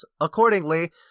accordingly